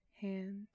hand